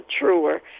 truer